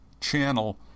channel